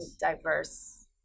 diverse